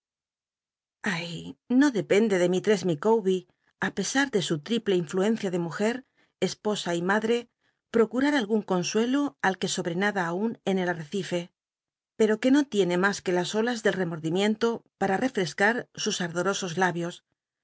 ay no depende de mistrcss ilicawber ti pesar de su triple influencia de mujer e posa y madre procurar algun consuelo al r ne sobrenada aun en el ar ccife pero que no tiene mas que las olas a efesc sus ardorosos